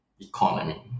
economy